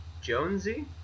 Jonesy